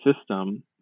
system